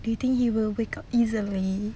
you think we will wake up easily